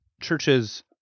churches